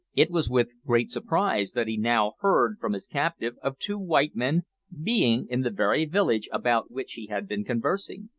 it was with great surprise that he now heard from his captive of two white men being in the very village about which he had been conversing.